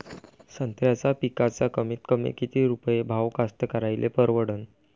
संत्र्याचा पिकाचा कमीतकमी किती रुपये भाव कास्तकाराइले परवडन?